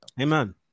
Amen